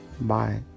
Bye